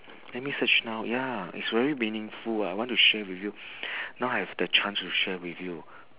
let me search now ya it's very meaningful ah I want to share with you now I have the chance to share with you